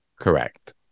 correct